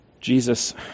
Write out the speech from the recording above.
Jesus